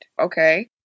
Okay